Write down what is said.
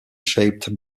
shaped